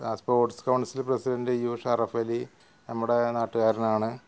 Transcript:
ആ sports council president യൂഷറഫലി നമ്മുടെ നാട്ടുകാരനാണ്